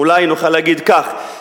אולי נוכל להגיד כך,